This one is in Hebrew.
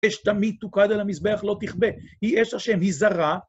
אש תמיד תוקד על המזבח, לא תכבה, היא אש השם, היא זרה.